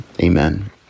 Amen